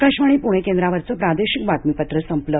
आकाशवाणी पुणे केंद्रावरचं प्रादेशिक बातमीपत्र संपलं